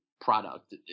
product